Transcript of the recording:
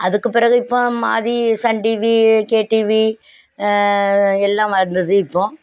அதுக்கப்பிறகு இப்போ மாதிரி Sun TV K TV எல்லாம் வந்தது இப்போது